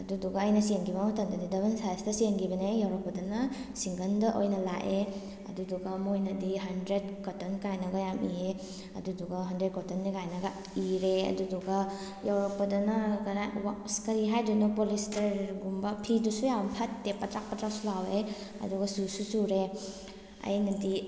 ꯑꯗꯨꯗꯨꯒ ꯑꯩꯅ ꯆꯦꯟꯈꯤꯕ ꯃꯇꯝꯗꯗꯤ ꯗꯕꯜ ꯁꯥꯏꯖꯇ ꯆꯦꯟꯈꯤꯕꯅꯦ ꯌꯧꯔꯛꯄꯥꯗꯅ ꯁꯤꯡꯒꯜꯗ ꯑꯣꯏꯅ ꯂꯥꯛꯑꯦ ꯑꯗꯨꯗꯨꯒ ꯃꯣꯏꯅꯗꯤ ꯍꯟꯗ꯭꯭ꯔꯦꯠ ꯀꯣꯇꯟ ꯀꯥꯏꯅꯒ ꯌꯥꯝ ꯏꯌꯦ ꯑꯗꯨꯗꯨꯒ ꯍꯟꯗ꯭꯭ꯔꯦꯠ ꯀꯣꯇꯟꯅꯦ ꯀꯥꯏꯅꯒ ꯏꯔꯦ ꯑꯗꯨꯗꯨꯒ ꯌꯧꯔꯛꯄꯗꯅ ꯀꯅꯥꯏ ꯑꯁ ꯀꯔꯤ ꯍꯥꯏꯗꯣꯏꯅꯣ ꯄꯣꯂꯤꯁꯇ꯭꯭ꯔꯒꯨꯝꯕ ꯐꯤꯗꯨꯁꯨ ꯌꯥꯝ ꯐꯠꯇꯦ ꯄꯗ꯭꯭ꯔꯥꯛ ꯄꯗ꯭꯭ꯔꯥꯛꯁꯨ ꯂꯥꯎꯑꯦ ꯑꯗꯨꯒ ꯆꯨꯁꯨ ꯆꯨꯔꯦ ꯑꯩꯅꯗꯤ